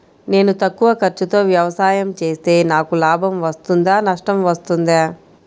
నేను తక్కువ ఖర్చుతో వ్యవసాయం చేస్తే నాకు లాభం వస్తుందా నష్టం వస్తుందా?